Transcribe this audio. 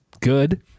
good